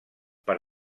per